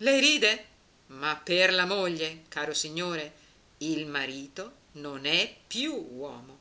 lei ride ma per la moglie caro signore il marito non è più un uomo